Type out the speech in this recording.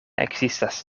ekzistas